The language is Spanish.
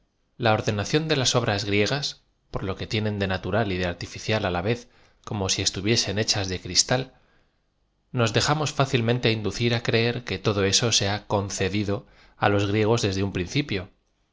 la ordedación de las obras grie gas por lo que tieneo de natural y de artificial la v e z como si estuviesen hechas de cristal nos deja mos fácilmente inducir á creer que todo eso se ha concedido á los griegos desde un principió